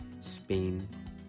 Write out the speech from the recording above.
Spain